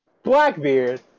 Blackbeard